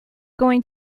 going